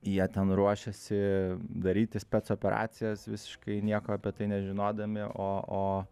jie ten ruošėsi daryti spec operacijas visiškai nieko apie tai nežinodami o o